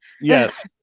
Yes